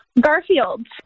Garfield